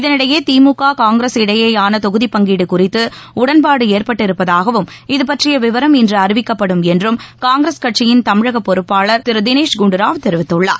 இதனிடையே திமுக காங்கிரஸ் இடையேயான தொகுதிப் பங்கீடு குறித்து உடன்பாடு ஏற்பட்டிருப்பதாகவும் இதுபற்றிய விவரம் இன்று அறிவிக்கப்படும் என்றும் காங்கிரஸ் கட்சியின் தமிழகப் பொறுப்பாளர் திரு தினேஷ் குண்டுராவ் தெரிவித்துள்ளார்